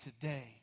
today